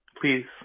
please